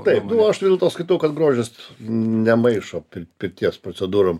taip nu aš vis dėlto skaitau kad grožis nemaišo pir pirties procedūrom